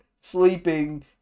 sleeping